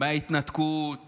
מההתנתקות